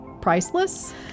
priceless